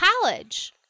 college